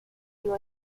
you